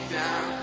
down